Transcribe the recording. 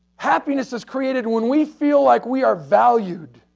happiness is created when we feel like we are valued,